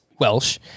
Welsh